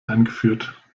eingeführt